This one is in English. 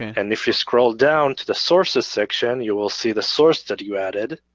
and if you scroll down to the sources section, you will see the source that you added.